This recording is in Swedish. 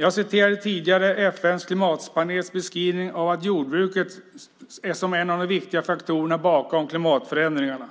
Jag nämnde tidigare FN:s klimatpanels beskrivning av jordbruket som en av de viktiga faktorerna bakom klimatförändringarna.